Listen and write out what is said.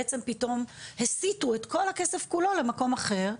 בעצם פתאום הסיטו את כל הכסף כולו למקום אחר.